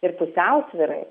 ir pusiausvyrai